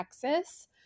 Texas